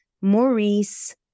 Maurice